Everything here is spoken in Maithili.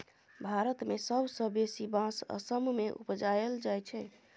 भारत मे सबसँ बेसी बाँस असम मे उपजाएल जाइ छै